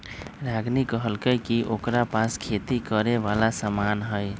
रागिनी कहलकई कि ओकरा पास खेती करे वाला समान हई